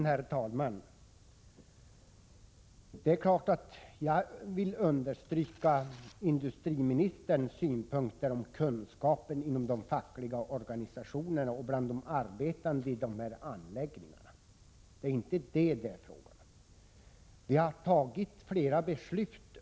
Herr talman! Jag vill naturligtvis understryka industriministerns synpunkter på kunskapen inom de fackliga organisationerna och bland de arbetande i de här anläggningarna. Men det är inte detta saken gäller.